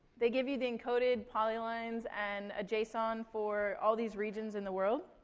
they give you the encoded polylines and a json for all these regions in the world.